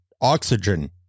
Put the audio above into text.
oxygen